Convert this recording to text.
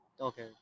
Okay